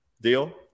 deal